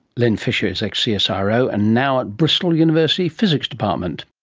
len fisher is ex-csiro, and now at bristol university physics department